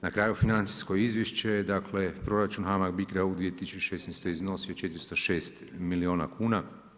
Na kraju financijsko izvješće, dakle proračun HAMAG Bicra u 2016. iznosio je 406 milijuna kuna.